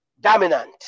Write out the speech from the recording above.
dominant